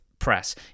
press